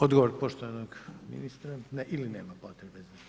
Odgovor poštovanog ministra ili nema potrebe?